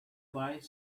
bye